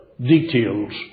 details